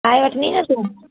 ठाहे वठंदी न तूं